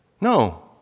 No